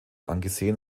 angesehen